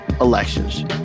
elections